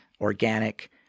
organic